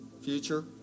future